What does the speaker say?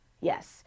Yes